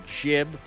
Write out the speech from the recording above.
jib